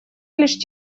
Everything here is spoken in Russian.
лишь